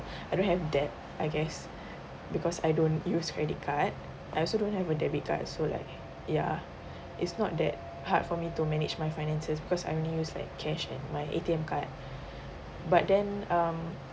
I don't have debt I guess because I don't use credit card I also don't have a debit card so like yeah it's not that hard for me to manage my finances because I only use like cash and my A_T_M card but then um